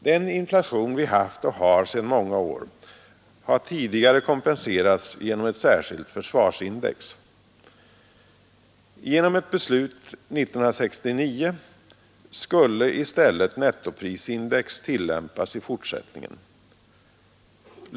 Den inflation vi i många år haft och har har tidigare kompenserats genom ett särskilt försvarsindex. Genom ett beslut 1969 skulle i stället nettoprisindex tillämpas i fortsättningen.